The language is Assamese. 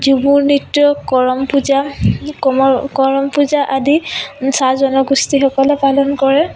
ঝুমুৰ নৃত্য কৰম পূজা কমল কৰম পূজা আদি চাহ জনগোষ্ঠীসকলে পালন কৰে